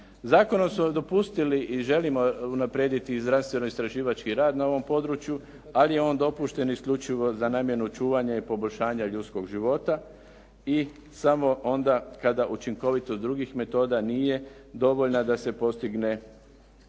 Zakonom smo dopustili i želimo unaprijediti znanstveno-istraživački rad na ovom području ali je on dopušten isključivo za namjenu čuvanja i poboljšanja ljudskog života i samo onda kada učinkovitost drugih metoda nije dovoljna da se postignu rezultati